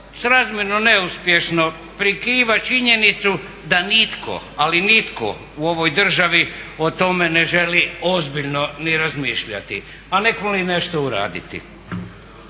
srazmjerno neuspješno prikriva činjenicu da nitko, ali nitko u ovoj državi o tome ne želi ozbiljno ni razmišljati, a negoli nešto uraditi.